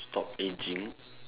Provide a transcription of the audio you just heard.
stop aging